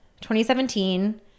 2017